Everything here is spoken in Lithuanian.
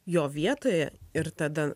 jo vietoje ir tada